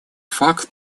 факт